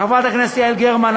חברת הכנסת יעל גרמן,